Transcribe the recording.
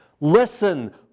listen